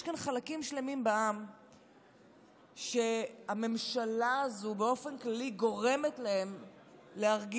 יש כאן חלקים שלמים בעם שהממשלה הזו באופן כללי גורמת להם להרגיש,